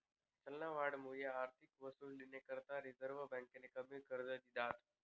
चलनवाढमुये आर्थिक वसुलीना करता रिझर्व्ह बँकेनी कमी कर्ज दिधात